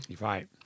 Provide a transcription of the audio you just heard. Right